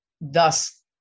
thus